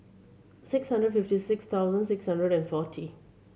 six hundred fifty six thousand six hundred and forty